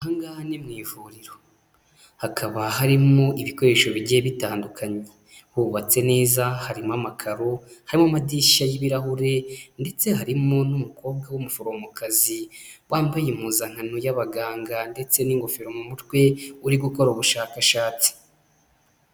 Aha ngaha ni mu ivuriro. Hakaba harimo ibikoresho bigiye bitandukanye. Hubatse neza harimo amakaro, harimo amadirishya y'ibirahure, ndetse harimo n'umukobwa w'umuforomokazi. Wambaye impuzankano y'abaganga ndetse n'ingofero mu mutwe, uri gukora ubushakashatsi.